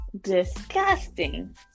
Disgusting